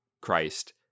Christ